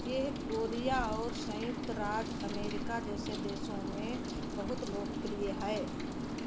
यह कोरिया और संयुक्त राज्य अमेरिका जैसे देशों में बहुत लोकप्रिय है